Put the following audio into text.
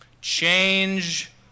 change